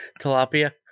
Tilapia